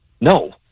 No